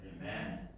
Amen